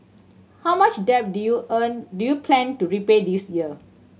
how much debt do you earn do you plan to repay this year